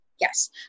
Yes